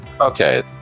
Okay